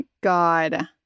God